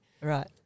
Right